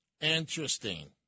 Interesting